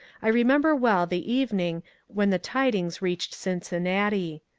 i remember well the evening when the tidings reached cincinnati.